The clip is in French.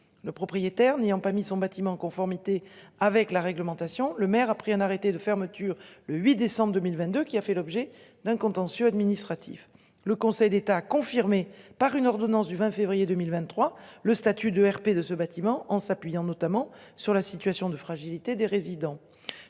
le propriétaire n'ayant pas mis son bâtiment en conformité avec la réglementation. Le maire a pris un arrêté de fermeture le 8 décembre 2022 qui a fait l'objet d'un contentieux administratif, le Conseil d'État a confirmé par une ordonnance du 20 février 2023, le statut de RP de ce bâtiment, en s'appuyant notamment sur la situation de fragilité des résidents,